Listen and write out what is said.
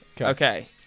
Okay